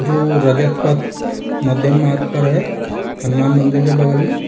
जो रजतपथ मध्य मार्ग पर है हनुमान मंदिर के बगल में